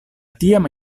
tiam